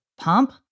pump